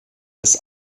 des